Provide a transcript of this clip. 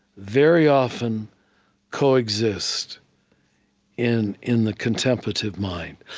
very often coexist in in the contemplative mind.